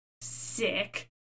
sick